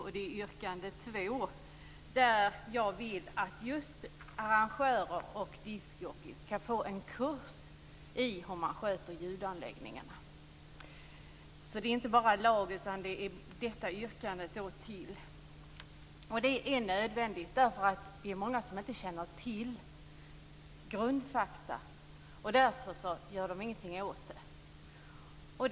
Det är yrkande 2, där jag vill att arrangörer och diskjockeyer skall få en kurs i hur man sköter ljudanläggningarna. Det gäller alltså inte bara lagstiftning, utan det finns också detta yrkande. Det här är nödvändigt. Det är nämligen många som inte känner till grundfakta och därför inte gör något åt detta.